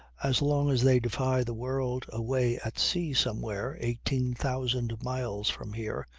as long as they defy the world away at sea somewhere eighteen thousand miles from here,